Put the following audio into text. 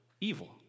evil